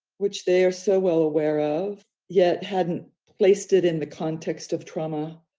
which they are so well aware of, yet hadn't placed it in the context of trauma,